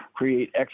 Create